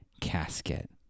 casket